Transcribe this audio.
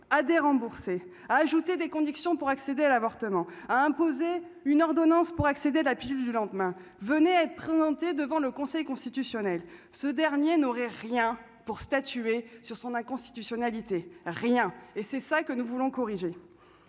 à dérembourser a ajouté des conditions pour accéder à l'avortement a imposé une ordonnance pour accéder à la pilule du lendemain, venait à être présenté devant le Conseil constitutionnel, ce dernier n'aurait rien pour statuer sur son inconstitutionnalité rien et c'est ça que nous voulons corriger